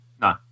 No